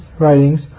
writings